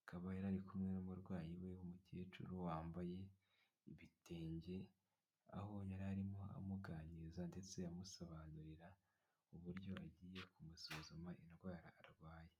akaba yari kumwe n'umurwayi we w'umukecuru wambaye ibitenge aho yari arimo amuganiriza ndetse amusobanurira uburyo agiye kumusuzuma indwara arwaye.